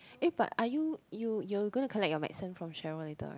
eh but are you you're gonna collect your medicine from Cheryl later [right]